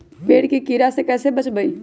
पेड़ के कीड़ा से कैसे बचबई?